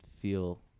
feel